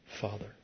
Father